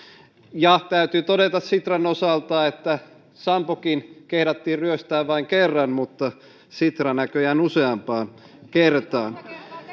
täytyy todeta sitran osalta että sampokin kehdattiin ryöstää vain kerran mutta sitra näköjään useampaan kertaan